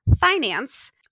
finance